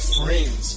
friends